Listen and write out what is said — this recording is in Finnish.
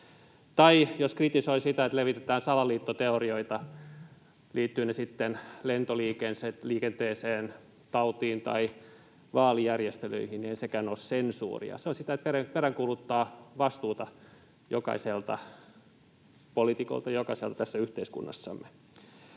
Tai jos kritisoi sitä, että levitetään salaliittoteorioita, liittyvät ne sitten lentoliikenteeseen, tautiin tai vaalijärjestelyihin, ei sekään ole sensuuria. Se on sitä, että peräänkuuluttaa vastuuta jokaiselta poliitikolta, jokaiselta tässä yhteiskunnassamme.